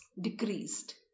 decreased